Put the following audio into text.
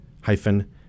hyphen